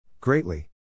Greatly